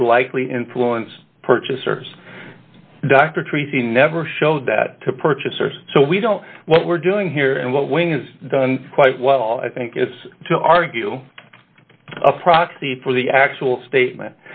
would likely influence purchasers dr treating never show that to purchasers so we don't know what we're doing here and what wayne has done quite well i think is to argue a proxy for the actual statement